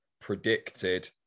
predicted